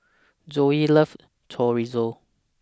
Zoey loves Chorizo